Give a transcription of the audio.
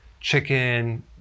chicken